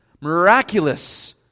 miraculous